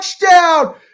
Touchdown